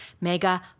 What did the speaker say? mega